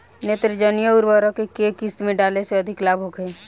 नेत्रजनीय उर्वरक के केय किस्त में डाले से अधिक लाभ होखे?